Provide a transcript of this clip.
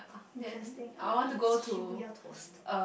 interesting I would eat Shibuya toast